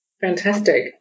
Fantastic